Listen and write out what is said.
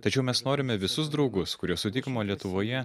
tačiau mes norime visus draugus kuriuos sutikome lietuvoje